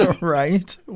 right